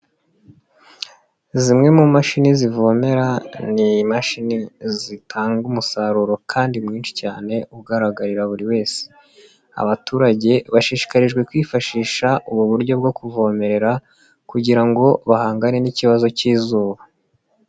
Zimwe mu mashini zivomera, ni imashini zitanga umusaruro kandi mwinshi cyane ugaragarira buri wese, abaturage bashishikarijwe kwifashisha ubu buryo bwo kuvomerera kugira ngo bahangane n'ikibazo cy'izuba.